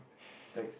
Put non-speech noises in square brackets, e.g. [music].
[breath]